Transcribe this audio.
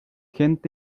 gente